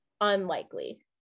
unlikely